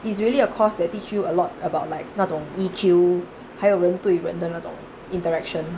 it's really a course that teach you a lot about like 那种 E_Q 还有人对人的那种 interaction